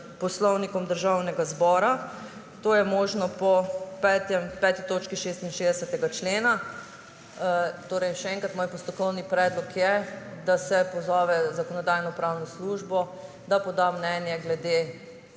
Poslovnikom Državnega zbora. To je možno po peti točki 66. člena. Še enkrat, moj postopkovni predlog je, da se pozove Zakonodajno-pravno službo, da poda mnenje glede